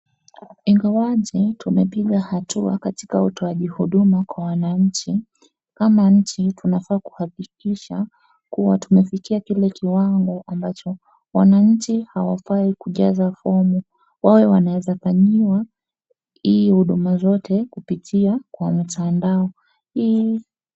Ingawaje tumepiga hatua katika utoaji huduma kwa wananchi, kama nchi tunafaa kuhakikisha kuwa tumefikia kile kiwango ambacho wananchi hawafai kujaza fomu, wawe wanaweza fanyiwa hii huduma zote kupitia kwa mtandao. Hii